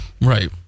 Right